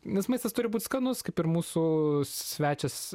nes maistas turi būt skanus kaip ir mūsų svečias